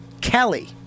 Kelly